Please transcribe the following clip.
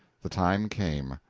the time came.